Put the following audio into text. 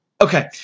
okay